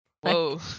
Whoa